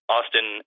Austin